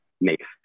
makes